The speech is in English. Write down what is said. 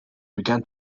began